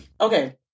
Okay